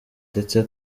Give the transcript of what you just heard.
ndetse